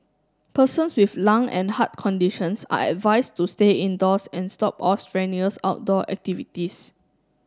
persons with lung and heart conditions are advised to stay indoors and stop all strenuous outdoor activities